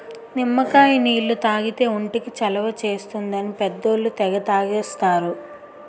నిమ్మకాయ నీళ్లు తాగితే ఒంటికి చలవ చేస్తుందని పెద్దోళ్ళు తెగ తాగేస్తారు